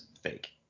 fake